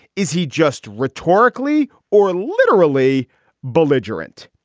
is he just rhetorically or literally belligerent?